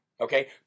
Okay